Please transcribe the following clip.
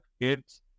kids